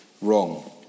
wrong